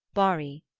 barri,